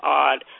odd